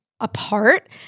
apart